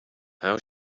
how